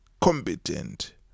competent